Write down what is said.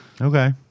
Okay